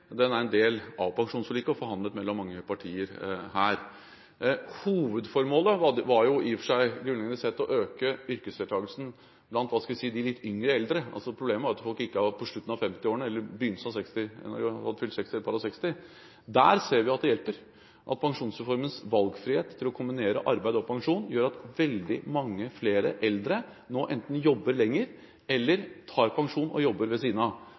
er en del av pensjonsforliket, og forhandlet mellom mange partier her. Hovedformålet var i og for seg grunnleggende sett å øke yrkesdeltakelsen blant de litt yngre eldre. Problemet var at folk gikk av i slutten av femtiårene eller etter å ha fylt seksti eller et par og seksti. Der ser vi at det hjelper. Pensjonsreformens valgfrihet til å kombinere arbeid og pensjon gjør at veldig mange flere eldre nå enten jobber lenger eller har pensjon og jobber ved